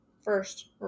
First